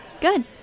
Good